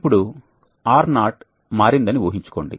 ఇప్పుడు R0 మారిందని ఊహించుకోండి